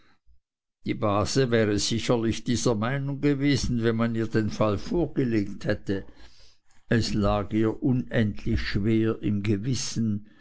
die base wäre sicherlich dieser meinung gewesen wenn man ihr den fall vorgelegt hätte es lag ihr unendlich schwer im gewissen